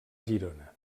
girona